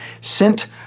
sent